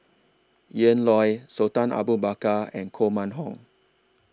Ian Loy Sultan Abu Bakar and Koh Mun Hong